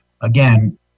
again